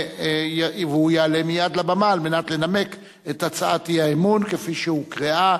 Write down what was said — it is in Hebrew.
והוא יעלה מייד לבמה כדי לנמק את הצעת האי-אמון כפי שהוקראה.